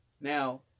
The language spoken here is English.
Now